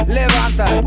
levanta